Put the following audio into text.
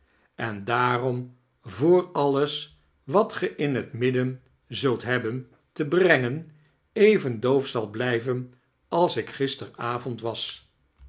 en daarom voor alles wat ge in het midden zult hebben te brengen even doof zal blijven als ik gisteren avond was